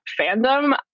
fandom